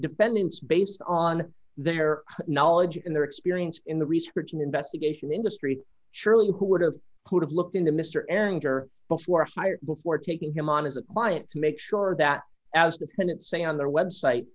dependence based on their knowledge and their experience in the research and investigation industry surely who would've could've looked into mr erlanger before higher before taking him on as a client to make sure that as dependent say on their website